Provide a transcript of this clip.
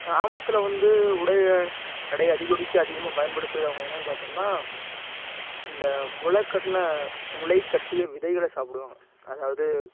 கிராமத்தில் வந்து உடைய எடையை அதிகரிக்க அதிகமாக பயன்படுத்துவது அவங்க என்னென்னு பார்த்தோம்னா இந்த முளைக்கட்ன முளைகட்டிய விதைகளை சாப்பிடுவாங்க அதாவது